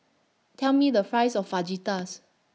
Tell Me The Price of Fajitas